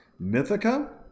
Mythica